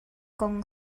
kong